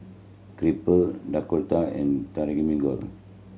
Crepe Dhokla and Takikomi Gohan